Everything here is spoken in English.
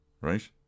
right